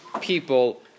people